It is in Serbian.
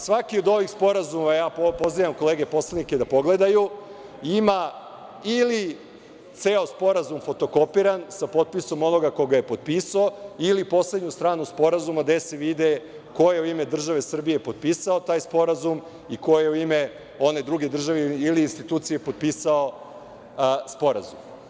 Svaki od ovih sporazuma, a ja pozivam kolege poslanike da pogledaju, ima ili ceo sporazum fotokopiran sa potpisom onoga ko ga je potpisao ili poslednju stranu sporazuma gde se vidi ko je u ime države potpisao taj sporazum i ko je u ime one druge države ili institucije potpisao sporazum.